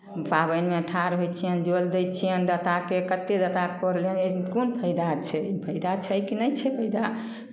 हम पाबनिमे ठाढ़ होइ छियनि जल दै छियनि दाताके कतेक दाताके करलियनि एहिमे कोन फाइदा छै एहिमे फाइदा छै कि नहि छै फाइदा